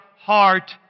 heart